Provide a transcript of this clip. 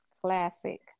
Classic